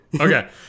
Okay